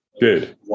Good